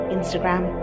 Instagram